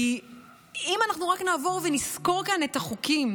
כי אם אנחנו רק נעבור ונסקור כאן את החוקים,